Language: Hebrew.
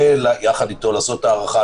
ויחד איתו לעשות הערכה,